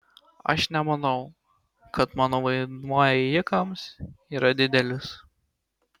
aš nemanau kad mano vaidmuo ėjikams yra didelis